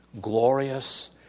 glorious